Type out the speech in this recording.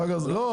לא.